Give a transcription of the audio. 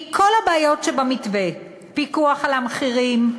מכל הבעיות שבמתווה, פיקוח על המחירים,